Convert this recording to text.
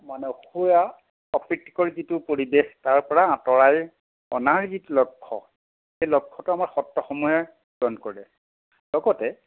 মানে অসূয়া অপ্ৰীতকৰ যিটো পৰিৱেশ তাৰ পৰা আঁতৰাই অনাৰ যিটো লক্ষ্য সেই লক্ষ্যটো আমাৰ সত্ৰসমূহে পূৰণ কৰে লগতে